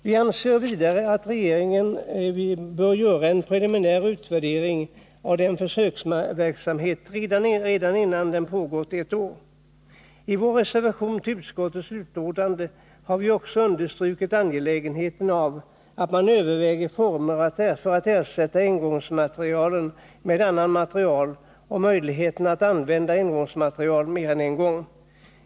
Vi anser vidare att regeringen bör göra en preliminär utvärdering av försöksverksamheten, redan innan den har pågått ett år. I vår reservation till utskottets betänkande har vi också understrukit angelägenheten av att man överväger former för att ersätta engångsmateriel med annan materiel och möjligheterna att använda engångsmaterielen mer än en gång.